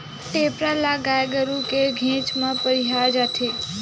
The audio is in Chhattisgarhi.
टेपरा ल गाय गरु के घेंच म पहिराय जाथे